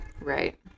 Right